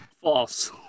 False